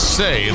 say